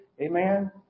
amen